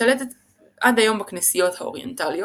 שלטת עד היום בכנסיות האוריינטליות,